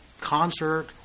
concert